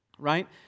right